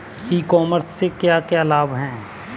ई commerce से क्या क्या लाभ हैं?